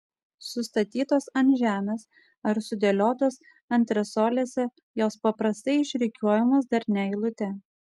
sustatytos ant žemės ar sudėliotos antresolėse jos paprastai išrikiuojamos darnia eilute